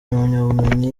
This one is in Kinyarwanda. impamyabumenyi